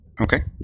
Okay